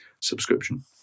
subscription